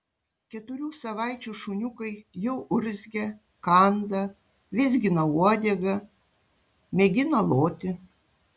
keturių savaičių šuniukai jau urzgia kanda vizgina uodegą mėgina loti